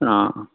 অঁ